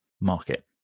market